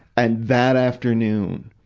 and that afternoon,